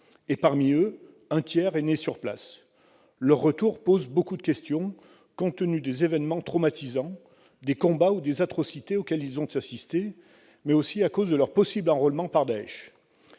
d'entre eux étant nés sur place. Leur retour pose beaucoup de questions, compte tenu des événements traumatisants, des combats ou des atrocités auxquels ils ont assisté, mais aussi du fait de leur possible enrôlement par Daech.